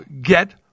get